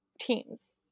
teams